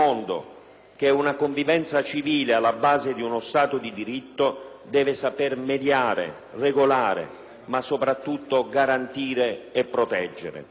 che una convivenza civile alla base di uno Stato di diritto deve saper mediare, regolare, ma soprattutto garantire e proteggere.